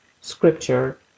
scripture